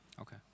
Okay